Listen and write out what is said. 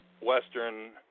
Western